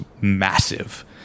massive